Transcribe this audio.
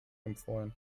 empfohlen